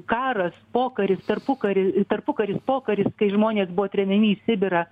karas pokaris tarpukari tarpukaris pokaris kai žmonės buvo tremiami į sibirą